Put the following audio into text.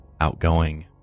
outgoing